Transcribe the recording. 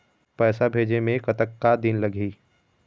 पैसा भेजे मे कतका दिन लगही?